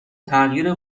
تغییر